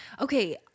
Okay